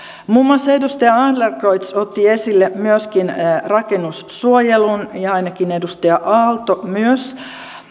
muun muassa edustaja adlercreutz otti esille myöskin rakennussuojelun ja ainakin edustaja aalto myös